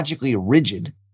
rigid